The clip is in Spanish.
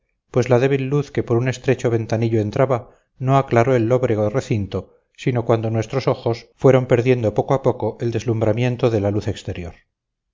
pues la débil luz que por un estrecho ventanillo entraba no aclaró el lóbrego recinto sino cuando nuestros ojos fueron perdiendo poco a poco el deslumbramiento de la luz exterior